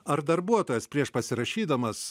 ar darbuotojas prieš pasirašydamas